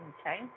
Okay